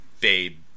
Babe